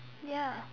ya